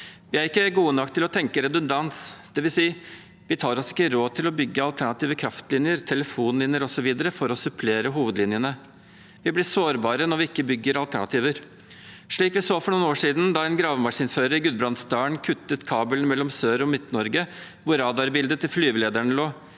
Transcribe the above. Vi er ikke gode nok til å tenke redundans, dvs. vi tar oss ikke råd til å bygge alternative kraftlinjer, telefonlinjer, osv. for å supplere hovedlinjene. Vi blir sårbare når vi ikke bygger alternativer, slik vi så for noen år siden da en gravemaskinfører i Gudbrandsdalen kuttet kabelen mellom Sør-Norge og Midt-Norge, hvor radarbildet til flyvelederne lå.